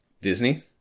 Disney